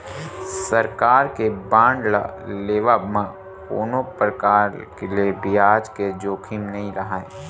सरकार के बांड ल लेवब म कोनो परकार ले बियाज के जोखिम नइ राहय